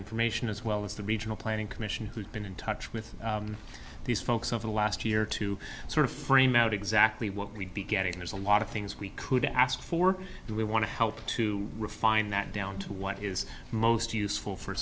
information as well as the regional planning commission who's been in touch with these folks over the last year to sort of frame out exactly what we'd be getting there's a lot of things we could ask for do we want to help to refine that down to what is most useful for